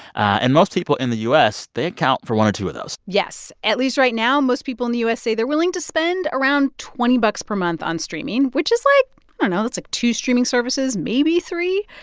and most people in the u s. they account for one or two of those yes. at least right now, most people in the u s. say they're willing to spend around twenty bucks per month on streaming, which is like i don't know that's like two streaming services, maybe three.